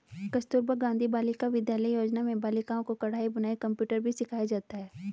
कस्तूरबा गाँधी बालिका विद्यालय योजना में बालिकाओं को कढ़ाई बुनाई कंप्यूटर भी सिखाया जाता है